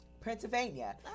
Pennsylvania